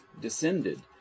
descended